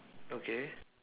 okay